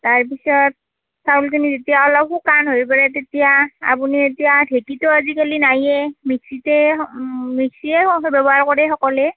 তাৰ পিছত চাউলখিনি যেতিয়া অলপ শুকান হৈ পৰে তেতিয়া আপুনি এতিয়া ঢেঁকীতো আজি কালি নায়েই মিক্সিতে মিক্সিয়ে ব্যৱহাৰ কৰে সকলোৱে